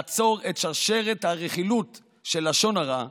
לעצור את שרשרת הרכילות של לשון הרע,